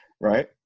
Right